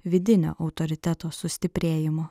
vidinio autoriteto sustiprėjimu